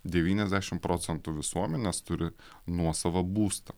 devyniasdešim procentų visuomenės turi nuosavą būstą